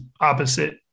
opposite